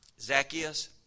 Zacchaeus